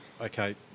okay